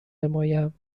نمایم